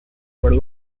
were